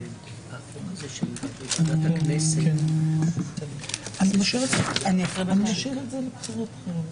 סליחה, אנחנו לוקחים הפסקה של